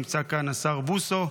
נמצא כאן השר בוסו,